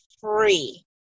free